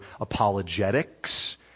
apologetics